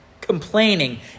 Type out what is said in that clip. complaining